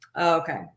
Okay